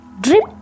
drip